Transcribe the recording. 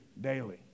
daily